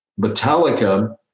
Metallica